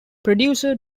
producer